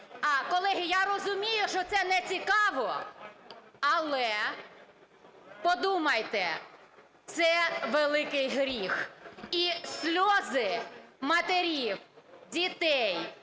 колеги, я розумію, що це нецікаво, але подумайте. Це великий гріх. І сльози матерів, дітей,